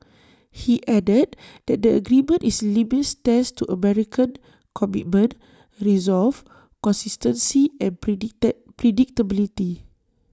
he added that the agreement is A litmus test to American commitment resolve consistency and predicted predictability